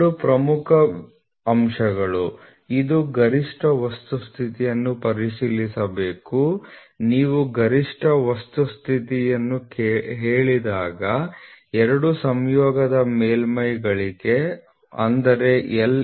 ಎರಡು ಪ್ರಮುಖ ಅಂಶಗಳು ಇದು ಗರಿಷ್ಠ ವಸ್ತು ಸ್ಥಿತಿಯನ್ನು ಪರಿಶೀಲಿಸಬೇಕು ನೀವು ಗರಿಷ್ಠ ವಸ್ತು ಸ್ಥಿತಿಯನ್ನು ಹೇಳಿದಾಗ ಎರಡು ಸಂಯೋಗದ ಮೇಲ್ಮೈಗಳಿಗೆ ಅಂದರೆ L